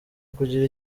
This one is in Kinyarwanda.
kugira